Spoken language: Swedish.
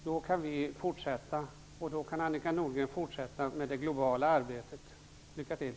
Då kan vi fortsätta, och då kan Annika Nordgren fortsätta med det globala arbetet. Lycka till!